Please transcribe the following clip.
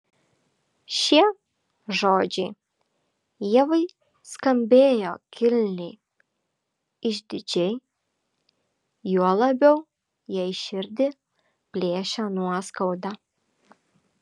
šie žodžiai ievai skambėjo kilniai išdidžiai juo labiau jai širdį plėšė nuoskauda